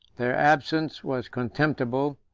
their absence was contemptible,